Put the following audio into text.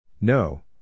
No